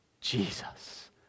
Jesus